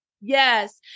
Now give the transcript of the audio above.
Yes